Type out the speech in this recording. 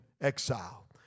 exile